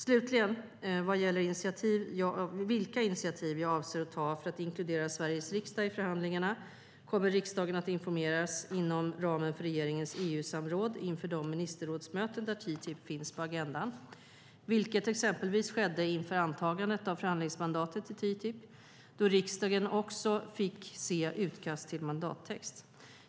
Slutligen vad gäller vilka initiativ jag avser att ta för att inkludera Sveriges riksdag i förhandlingarna kommer riksdagen att informeras inom ramen för regeringens EU-samråd inför de ministerrådsmöten där TTIP finns på agendan, vilket exempelvis skedde inför antagandet av förhandlingsmandatet till TTIP, då riksdagen också fick se utkast till mandattext.